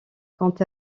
quant